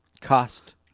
cost